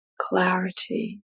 clarity